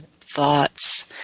thoughts